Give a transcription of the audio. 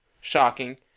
shocking